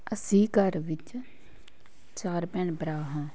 ਅਸੀਂ ਘਰ ਵਿੱਚ ਚਾਰ ਭੈਣ ਭਰਾ ਹਾਂ